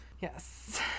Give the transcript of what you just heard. Yes